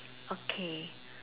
okay